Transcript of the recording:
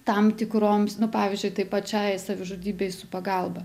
tam tikroms nu pavyzdžiui tai pačiai savižudybei su pagalba